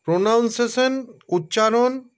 pronunciation উচ্চারণ